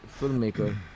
filmmaker